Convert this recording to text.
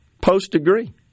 post-degree